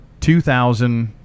2,000